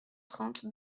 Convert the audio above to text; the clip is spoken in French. trente